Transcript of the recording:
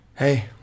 Hey